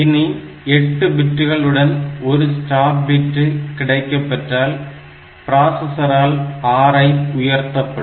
இனி 8 பிட்டுகளுடன் 1 stop bit கிடைக்கப்பெற்றால் ப்ராசசரால் RI உயர்த்தப்படும்